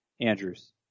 Andrews